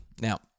Now